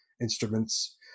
instruments